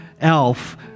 elf